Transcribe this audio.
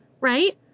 Right